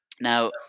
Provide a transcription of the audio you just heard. Now